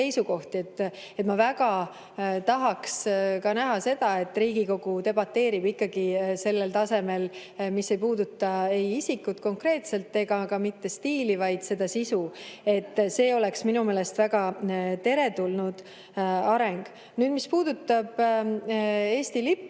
seisukohti. Ma väga tahaks näha seda, et Riigikogu debateerib ikkagi sellel tasemel, kus ei puudutata ei isikut konkreetselt ega ka mitte stiili, vaid sisu. See oleks minu meelest väga teretulnud areng. Mis puudutab Eesti lippu,